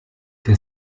der